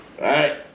Right